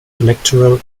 electoral